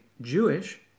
Jewish